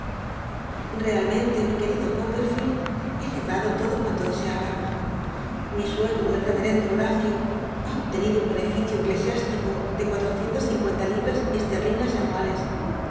lealmente mi querido copperfield he logrado todo cuanto deseaba i i suegro el reverendo lloracio ha obtenido un beneficio eclcsiüslico de cuatrocienlas cincuenta libras esterlinas anuales